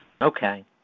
Okay